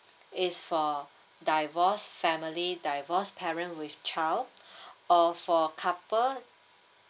it's for divorced family divorced parent with child or for couple